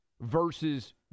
versus